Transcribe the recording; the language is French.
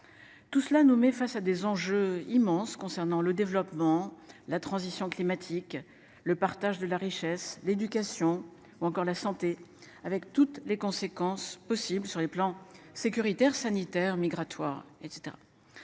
Tout cela nous met face à des enjeux immenses concernant le développement la transition climatique. Le partage de la richesse, l'éducation ou encore la santé avec toutes les conséquences possibles sur les plans sécuritaire sanitaire migratoire et